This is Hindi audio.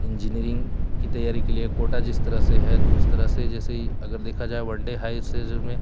इंजीनियरिंग की तैयारी के लिए कोटा जिस तरह से है तो उस तरह से जैसे ही अगर देखा जाए वनडे हाई स्टेज में